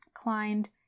inclined